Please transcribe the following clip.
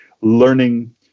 Learning